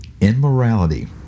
immorality